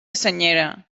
senyera